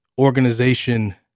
organization